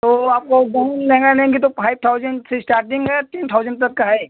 तो आपको वो लहंगा लेंगी तो फाइव थॉउजेंड से स्टार्टिंग है टेन थॉउजेंड तक का है